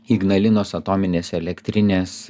ignalinos atominės elektrinės